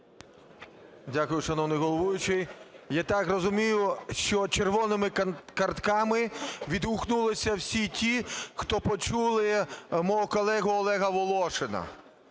Дякую, шановний головуючий. Я так розумію, що червоними картками відгукнулися всі ті, хто почули мого колегу Олега Волошина,